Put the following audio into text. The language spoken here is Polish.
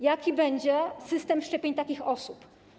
Jaki będzie system szczepień takich osób?